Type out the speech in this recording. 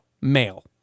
Male